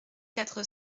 quatre